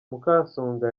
mukasonga